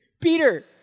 Peter